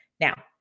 Now